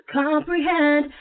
comprehend